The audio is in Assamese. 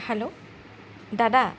হেল্ল' দাদা